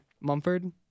Mumford